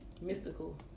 mystical